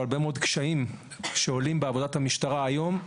אבל הרבה מאוד קשיים שעולים בעבודת המשטרה היום,